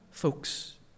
Folks